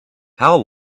how